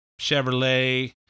Chevrolet